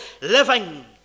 living